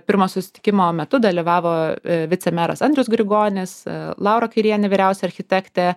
pirmo susitikimo metu dalyvavo vicemeras andrius grigonis laura kairienė vyriausia architektė